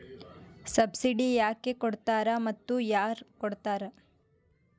Subsidy ಯಾಕೆ ಕೊಡ್ತಾರ ಮತ್ತು ಯಾರ್ ಕೊಡ್ತಾರ್?